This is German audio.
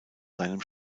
seinem